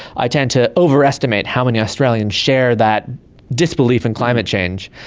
i tend to overestimate how many australians share that disbelief in climate change.